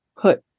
put